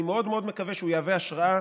אני מאוד מאוד מקווה שהוא יהווה השראה